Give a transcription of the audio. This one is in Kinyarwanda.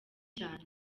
cyane